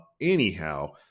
Anyhow